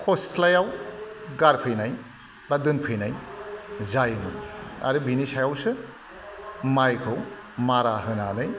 खस्लायाव गारफैनाय बा दोनफैनाय जायोमोन आरो बेनि सायावसो माइखौ मारा होनानै